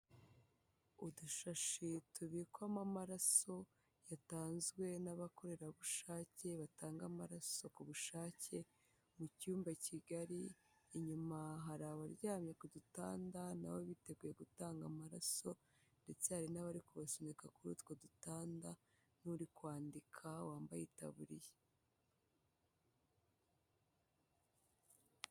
Udushashi tubikwamo amaraso yatanzwe n'abakorerabushake batanga amaraso ku bushake mu cyumba kigari, inyuma hari abaryamye ku gitanda nabo biteguye gutanga amaraso ndetse hari n'abari kubasunika kuri utwo dutanda n'uri kwandika wambaye itaburiya.